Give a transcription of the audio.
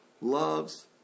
loves